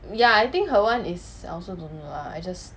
ya I think her [one] is I also don't know lah I just